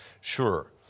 sure